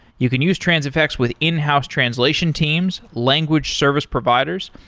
you can use transifex with in-house translation teams, language service providers.